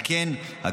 על כן,